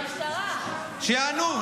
שיענו.